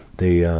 the,